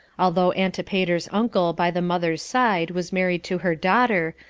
although antipeter's uncle by the mother's side was married to her daughter,